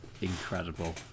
incredible